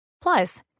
Plus